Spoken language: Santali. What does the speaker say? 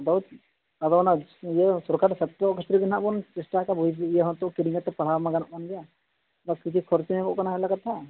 ᱟᱫᱚ ᱟᱫᱚ ᱚᱱᱟ ᱤᱭᱟᱹ ᱥᱚᱨᱠᱟᱨ ᱥᱟᱥᱛᱷᱚ ᱠᱷᱟᱹᱛᱤᱨ ᱜᱮ ᱦᱟᱸᱜ ᱵᱚᱱ ᱪᱮᱥᱴᱟ ᱠᱟᱜᱼᱟ ᱠᱤᱨᱤᱧ ᱠᱟᱛᱮᱫ ᱯᱟᱲᱦᱟᱣ ᱢᱟ ᱜᱟᱱᱚᱜ ᱠᱟᱱ ᱜᱮᱭᱟ ᱟᱫᱚ ᱠᱤᱪᱷᱩ ᱠᱷᱚᱨᱪᱟ ᱧᱚᱜᱚᱜ ᱠᱟᱱᱟ ᱟᱞᱟᱫᱟ ᱠᱟᱛᱷᱟ